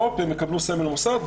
והם יקבלו סמל מוסד.